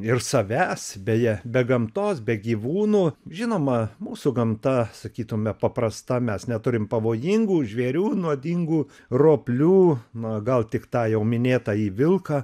ir savęs beje be gamtos be gyvūno žinoma mūsų gamta sakytumei paprasta mes neturime pavojingų žvėrių nuodingų roplių na gal tik tą jau minėtąjį vilką